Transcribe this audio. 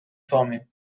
former